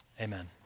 Amen